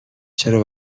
چرا